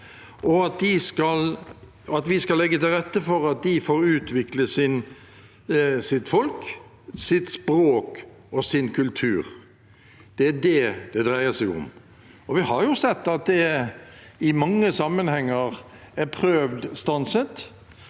og at vi skal legge til rette for at de som folk får utviklet sitt språk og sin kultur. Det er det det dreier seg om. Vi har sett at det i mange sammenhenger er prøvd stanset.